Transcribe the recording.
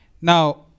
Now